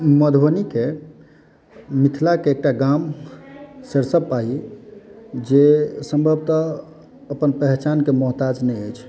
मधुबनीके मिथिलाके एकटा गाम सरिसव पाही जे सम्भवतः अपन पहचानक मोहताज नहि अछि